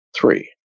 Three